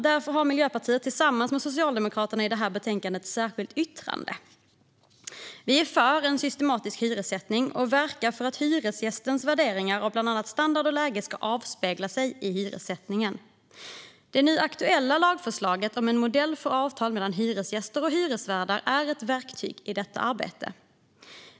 Därför har Miljöpartiet tillsammans med Socialdemokraterna ett särskilt yttrande i detta betänkande, fru talman. Vi är för en systematisk hyressättning och verkar för att hyresgästens värderingar av bland annat standard och läge ska avspegla sig i hyressättningen. Det nu aktuella lagförslaget om en modell för avtal mellan hyresgäster och hyresvärdar är ett verktyg i detta arbete.